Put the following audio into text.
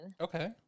okay